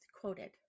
quoted